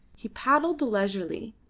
he paddled leisurely,